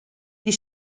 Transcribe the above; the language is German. die